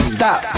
Stop